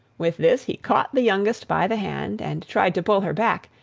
with this he caught the youngest by the hand, and tried to pull her back,